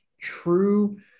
true